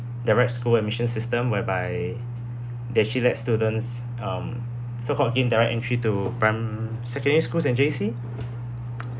direct school admission system whereby that actually let students um so-called indirect entry to prim~ secondary schools and J_C